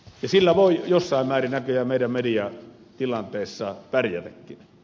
niillä voi jossain määrin näköjään meidän mediatilanteessamme pärjätäkin